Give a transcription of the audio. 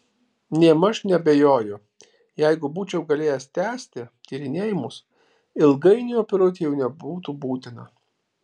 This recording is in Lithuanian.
nėmaž neabejoju jeigu būčiau galėjęs tęsti tyrinėjimus ilgainiui operuoti jau nebūtų būtina